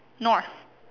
North